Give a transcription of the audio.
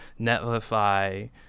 Netlify